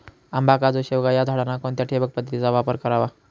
आंबा, काजू, शेवगा या झाडांना कोणत्या ठिबक पद्धतीचा वापर करावा?